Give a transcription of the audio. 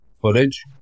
footage